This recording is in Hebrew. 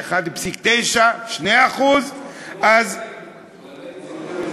אחר הייתה קמה סערה ולא שוקטת עד שייפלו אמות הספים,